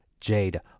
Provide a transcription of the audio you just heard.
Jade